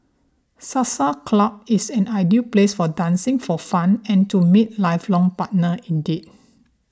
salsa club is an ideal place for dancing for fun and to meet lifelong partner indeed